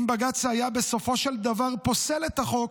אם בג"ץ היה, בסופו של דבר, פוסל את החוק,